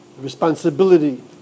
responsibility